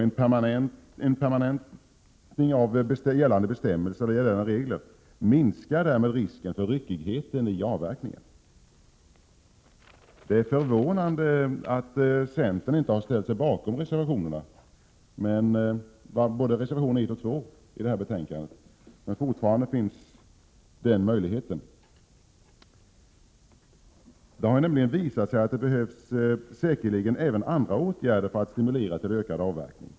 En permanentning av gällande regler minskar därmed risken för ryckighet i avverkningen. Det är förvånande att centern inte har ställt sig bakom reservationerna 1 och 2 i detta betänkande. Den möjligheten finns emellertid fortfarande. Det har nämligen visat sig att det säkerligen behövs ytterligare åtgärder för att stimulera till ökad avverkning.